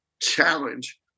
challenge